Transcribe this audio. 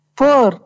four